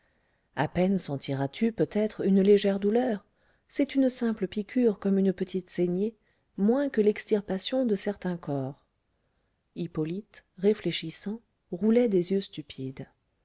à peine sentiras tu peut-être une légère douleur c'est une simple piqûre comme une petite saignée moins que l'extirpation de certains cors hippolyte réfléchissant roulait des yeux stupides